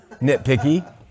Nitpicky